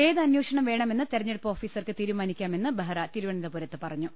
ഏതന്വേഷണം വേണമെന്ന് തെരഞ്ഞെടുപ്പ് ഓഫീ സർക്ക് തീരുമാനിക്കാമെന്ന് ബെഹ്റ തിരുവനന്തപുരത്ത് പറഞ്ഞു